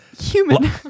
human